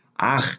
Ach